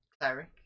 cleric